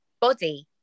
body